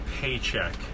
paycheck